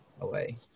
away